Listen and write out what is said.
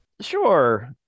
Sure